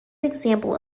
example